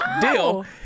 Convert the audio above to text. deal